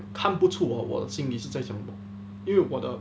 看不出我我的心里是在想因为我的